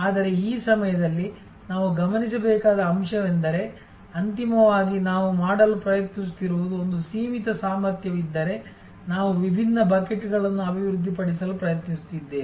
ಆದರೆ ಈ ಸಮಯದಲ್ಲಿ ನಾವು ಗಮನಿಸಬೇಕಾದ ಅಂಶವೆಂದರೆ ಅಂತಿಮವಾಗಿ ನಾವು ಮಾಡಲು ಪ್ರಯತ್ನಿಸುತ್ತಿರುವುದು ಒಂದು ಸೀಮಿತ ಸಾಮರ್ಥ್ಯವಿದ್ದರೆ ನಾವು ವಿಭಿನ್ನ ಬಕೆಟ್ಗಳನ್ನು ಅಭಿವೃದ್ಧಿಪಡಿಸಲು ಪ್ರಯತ್ನಿಸುತ್ತಿದ್ದೇವೆ